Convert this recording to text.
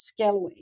Scaleway